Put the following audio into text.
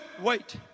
Wait